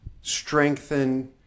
strengthen